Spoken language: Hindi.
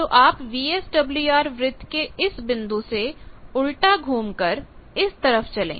तो आप VSWR वृत्त के इस बिंदु से उल्टा घूम कर इस तरफ चलें